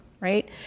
right